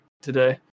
today